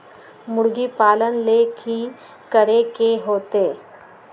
मुर्गी पालन ले कि करे के होतै?